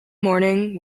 morning